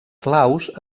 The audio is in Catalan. claus